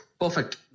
Perfect